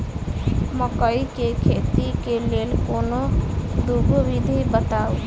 मकई केँ खेती केँ लेल कोनो दुगो विधि बताऊ?